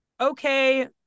okay